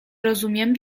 rozumiem